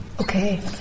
Okay